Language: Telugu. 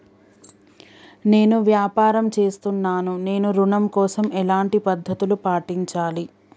నేను వ్యాపారం చేస్తున్నాను నేను ఋణం కోసం ఎలాంటి పద్దతులు పాటించాలి?